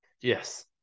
Yes